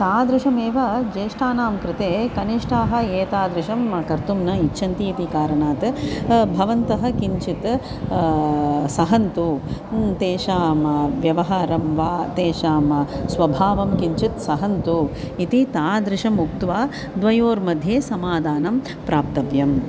तादृशमेव ज्येष्ठानां कृते कनिष्ठाः एतादृशं कर्तुं न इच्छन्ति इति कारणात् भवन्तः किञ्चित् सहन्तु तेषां व्यवहारं वा तेषां स्वभावं किञ्चित् सहन्तु इति तादृशम् उक्त्वा द्वयोर्मध्ये समाधानं प्राप्तव्यम्